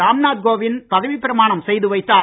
ராம் நாத் கோவிந்த் பதவிப் பிரமாணம் செய்து வைத்தார்